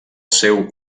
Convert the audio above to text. seu